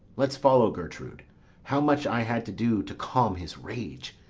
let's follow, gertrude how much i had to do to calm his rage!